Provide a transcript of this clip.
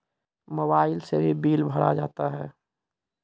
Mobile से भी bill भरा जाता हैं?